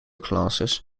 classes